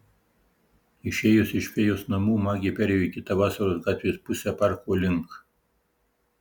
išėjusi iš fėjos namų magė perėjo į kitą vasaros gatvės pusę parko link